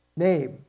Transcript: name